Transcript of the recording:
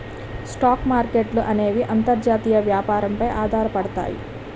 stock మార్కెట్ల అనేవి అంతర్జాతీయ వ్యాపారం పై ఆధారపడతాయి